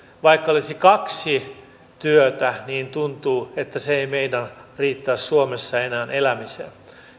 vaikka olisi kaksi työtä niin tuntuu että se ei meinaa riittää suomessa enää elämiseen